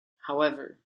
however